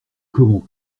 comment